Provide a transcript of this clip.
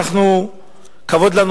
כבוד לנו,